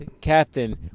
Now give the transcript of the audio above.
Captain